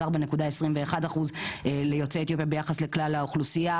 4.21% ליוצאי אתיופיה ביחס לכלל האוכלוסייה.